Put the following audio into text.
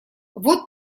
вот